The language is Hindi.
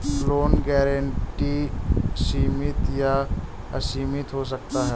लोन गारंटी सीमित या असीमित हो सकता है